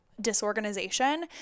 disorganization